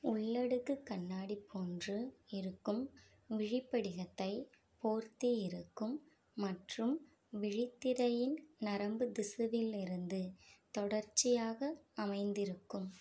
உள்ளடுக்கு கண்ணாடி போன்று இருக்கும் விழிப்படிகத்தைப் போர்த்தியிருக்கும் மற்றும் விழித்திரையின் நரம்புத் திசுவிலிருந்து தொடர்ச்சியாக அமைந்திருக்கும்